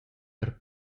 per